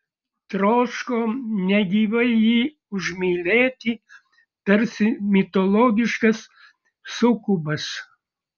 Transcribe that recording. troško negyvai jį užmylėti tarsi mitologiškas sukubas